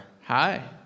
Hi